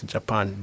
Japan